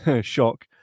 shock